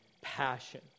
Passion